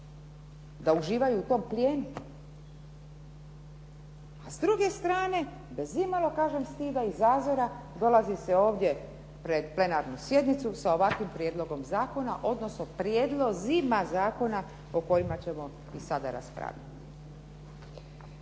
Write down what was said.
da uživaju u tom plijenu? A s druge strane bez imalo kažem stida i zazora dolazi se ovdje pred plenarnu sjednicu sa ovakvim prijedlogom zakona, odnosno prijedlozima zakona o kojima ćemo i sada raspravljati.